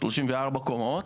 34 קומות,